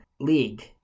league